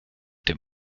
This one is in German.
dem